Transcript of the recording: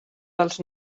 dels